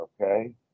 Okay